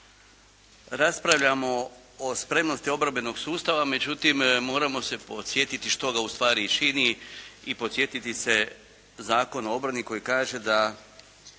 raspravljamo o spremnosti obrambenog sustava, međutim, moramo se podsjetiti što ga u stvari čini i podsjetiti se Zakona o obrani koji kaže da